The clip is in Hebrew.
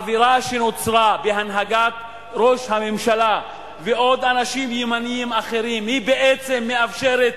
האווירה שנוצרה בהנהגת ראש הממשלה ועוד אנשים ימניים אחרים בעצם מאפשרת